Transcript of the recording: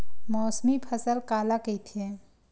मौसमी फसल काला कइथे?